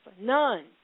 None